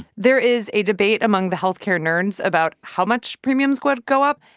there is a debate among the health care nerds about how much premiums would go up.